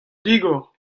digor